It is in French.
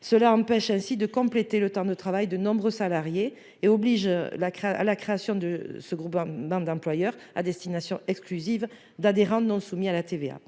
cela empêche ainsi de compléter le temps de travail, de nombreux salariés et oblige la crème à la création de ce groupe, hein, bande d'employeur à destination exclusive d'adhérents non soumis à la TVA,